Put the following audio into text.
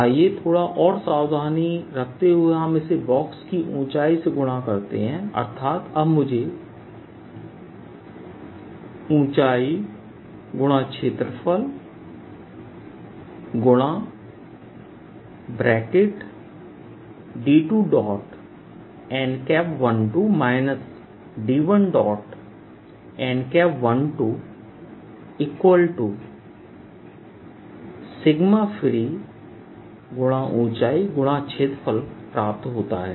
आइए थोड़ा और सावधानी रखते हुए हम इसे बॉक्स की ऊंचाई से गुणा करते हैं अर्थात अब मुझे ऊंचाई× क्षेत्रफल×D2n12 D1n12free×ऊंचाई× क्षेत्रफल प्राप्त होता है